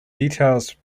details